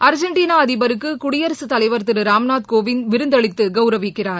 Argentina அதிபருக்கு குடியரசுத்தலைவர் திரு ராம்நாத் கோவிந்த் விருந்தளித்து கௌரவிக்கிறார்